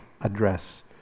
address